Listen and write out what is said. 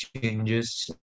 changes